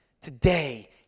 today